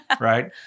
Right